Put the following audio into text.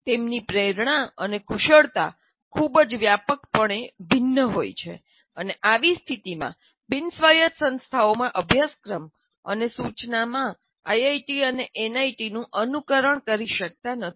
તેમની પ્રેરણા અને કુશળતા ખૂબ જ વ્યાપકપણે ભિન્ન હોય છે અને આવી સ્થિતિમાં બિન સ્વાયત્ત સંસ્થાઓમાં અભ્યાસક્રમ અને સૂચનામાં આઇઆઇટી અને એનઆઈટીના અનુકરણ કરી શકતા નથી